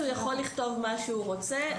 על השלט הוא יכול לכתוב מה שהוא רוצה,